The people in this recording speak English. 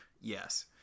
Yes